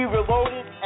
Reloaded